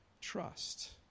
trust